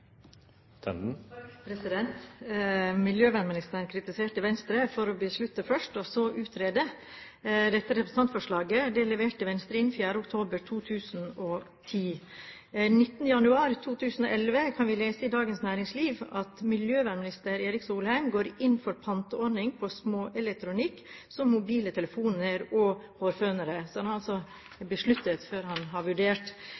Miljøvernministeren kritiserte Venstre for å beslutte først og så utrede. Dette representantforslaget leverte Venstre inn den 4. oktober 2010. Den 19. januar 2011 kan vi lese i Dagens Næringsliv: «Miljøvernminister Erik Solheim går inn for panteordning på små-elektronikk som mobiltelefoner og hårfønere.» Han har altså besluttet før han har vurdert.